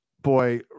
boy